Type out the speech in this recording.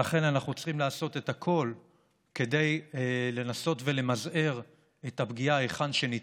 ולכן אנחנו צריכים לעשות את הכול כדי לנסות למזער את הפגיעה היכן שניתן.